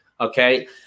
Okay